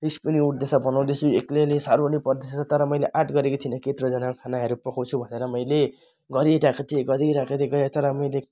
रिस पनि उठ्दैछ बनाउँदैछु एक्लैले साह्रो नै पर्दैछ तर मैले आँट गरेको थिइनँ कि यत्रोजनाको खानाहरू पकाउँछु भनेर मैले घरि ईँटा खाँद्थेँ घरि राख्दै गएँ तर मैले